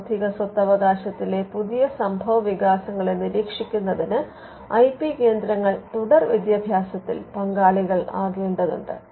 ബൌദ്ധിക സ്വത്തവകാശത്തിലെ പുതിയ സംഭവവികാസങ്ങളെ നിരീക്ഷിക്കുക്കുന്നതിന് ഐ പി കേന്ദ്രങ്ങൾ തുടർവിദ്യാഭ്യാസത്തിൽ പങ്കാളികൾ ആകേണ്ടതുണ്ട്